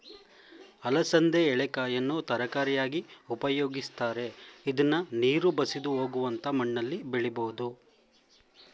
ಅಲಸಂದೆ ಎಳೆಕಾಯನ್ನು ತರಕಾರಿಯಾಗಿ ಉಪಯೋಗಿಸ್ತರೆ, ಇದ್ನ ನೀರು ಬಸಿದು ಹೋಗುವಂತ ಮಣ್ಣಲ್ಲಿ ಬೆಳಿಬೋದು